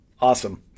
Awesome